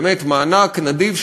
באמת מענק נדיב,